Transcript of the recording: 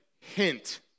hint